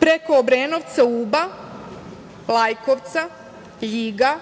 preko Obrenovca, Uba, Lajkovca, Ljiga,